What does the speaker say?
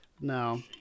No